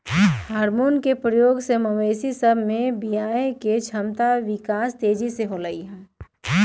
hormone के प्रयोग से मवेशी सभ में बियायके क्षमता विकास तेजी से होइ छइ